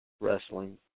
wrestling